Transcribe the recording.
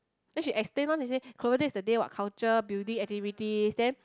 then she extend lor then she say clover day is the day what culture building activities then